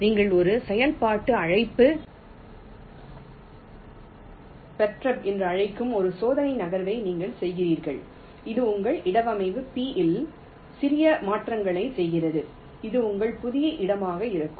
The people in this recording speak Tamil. நீங்கள் ஒரு செயல்பாட்டு அழைப்பு பெர்டர்ப் என்று அழைக்கும் ஒரு சோதனை நகர்வை நீங்கள் செய்கிறீர்கள் இது உங்கள் இடவமைவு P இல் சிறிய மாற்றங்களைச் செய்கிறது இது உங்கள் புதிய இடமாக இருக்கும்